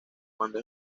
cuando